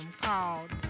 called